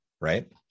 right